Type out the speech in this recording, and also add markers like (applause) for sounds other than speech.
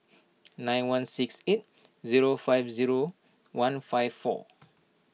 nine one six eight zero five zero one five four (noise)